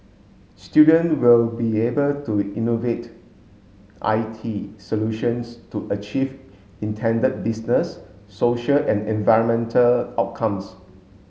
student will be able to innovate I T solutions to achieve intended business social and environmental outcomes